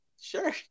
Sure